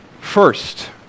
First